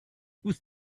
whose